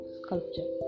sculpture